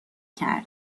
کرد